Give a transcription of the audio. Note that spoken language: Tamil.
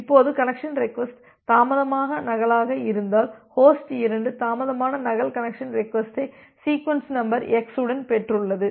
இப்போது கனெக்சன் ரெக்வஸ்ட் தாமதமான நகலாக இருந்தால் ஹோஸ்ட் 2 தாமதமான நகல் கனெக்சன் ரெக்வஸ்ட்டை சீக்வென்ஸ் நம்பர் எக்ஸ் உடன் பெற்றுள்ளது